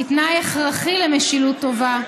היא תנאי הכרחי למשילות טובה,